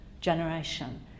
generation